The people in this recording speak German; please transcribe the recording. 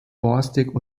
borstig